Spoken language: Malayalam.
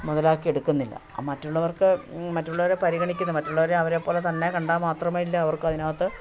മുതലാക്കി എടുക്കുന്നില്ല മറ്റുള്ളവർക്ക് മറ്റുള്ളവരെ പരിഗണിക്കുന്ന മറ്റുള്ളവരെ അവരെപ്പോലെതന്നെ കണ്ടാൽ മാത്രമല്ല അവർക്കതിനകത്ത്